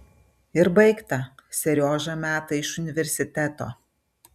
ir baigta seriožą meta iš universiteto